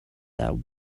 that